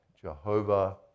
Jehovah